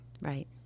Right